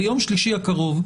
ביום שלישי הקרוב,